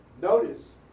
Notice